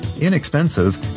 inexpensive